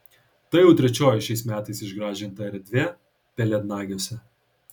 tai jau trečioji šiais metais išgražinta erdvė pelėdnagiuose